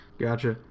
gotcha